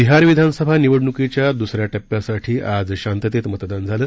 बिहार विधानसभा निवडणूकीच्या दुसऱ्या टप्प्यासाठी आज शांततेत मतदान झालं